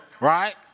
right